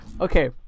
Okay